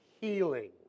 healing